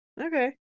Okay